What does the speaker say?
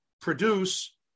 produce